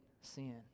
sin